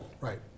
right